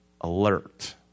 alert